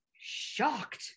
shocked